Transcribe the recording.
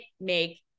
make